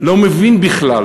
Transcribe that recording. לא מבין בכלל